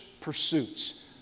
pursuits